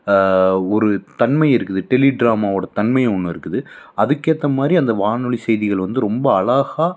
ஒரு தன்மை இருக்குது டெலி ட்ராமாவோட தன்மையும் ஒன்று இருக்குது அதுக்கேற்ற மாதிரி அந்த வானொலி செய்திகள் வந்து ரொம்ப அழகாக